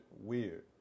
weird